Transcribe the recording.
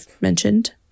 mentioned